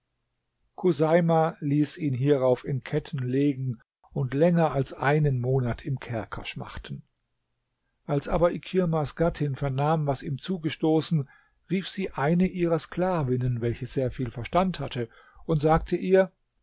chuseima ließ ihn hierauf in ketten legen und länger als einen monat im kerker schmachten als aber ikirmas gattin vernahm was ihm zugestoßen rief sie eine ihrer sklavinnen welche sehr viel verstand hatte und sagte ihr